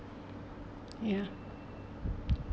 ya